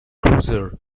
cruiser